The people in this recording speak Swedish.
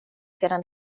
sedan